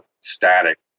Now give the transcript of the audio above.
static